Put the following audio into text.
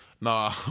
Nah